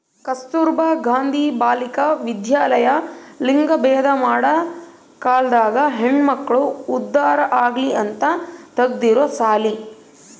ಕಸ್ತುರ್ಭ ಗಾಂಧಿ ಬಾಲಿಕ ವಿದ್ಯಾಲಯ ಲಿಂಗಭೇದ ಮಾಡ ಕಾಲ್ದಾಗ ಹೆಣ್ಮಕ್ಳು ಉದ್ದಾರ ಆಗಲಿ ಅಂತ ತೆಗ್ದಿರೊ ಸಾಲಿ